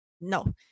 no